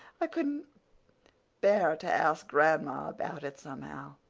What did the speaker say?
i couldn't bear to ask grandma about it somehow,